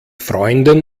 freunden